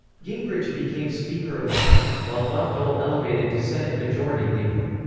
gingrich became speaker of the house, while bob dole elevated to senate majority leader.